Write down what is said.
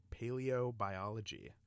paleobiology